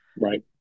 Right